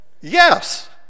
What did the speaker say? yes